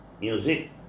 music